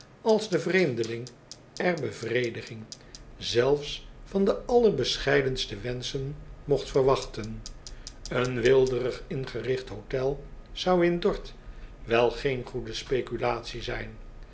als de vreemdeling er bevrediging zelfs van de allerbescheidenste wenschen mogt verwachten een weelderig ingerigt hôtel zou in dorth wel geen goede speculatie zijn